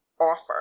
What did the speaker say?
offer